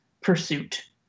pursuit